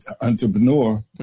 Entrepreneur